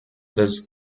this